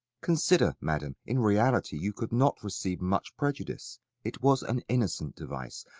consider, madam in reality you could not receive much prejudice it was an innocent device,